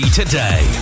today